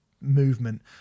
movement